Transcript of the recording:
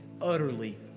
utterly